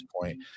point